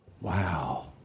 Wow